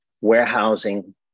warehousing